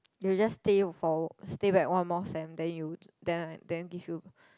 you will just stay for stay back one more sem then you then then give you